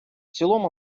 цілому